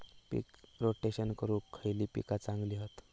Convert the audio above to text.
पीक rotation करूक खयली पीका चांगली हत?